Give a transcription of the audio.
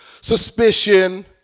suspicion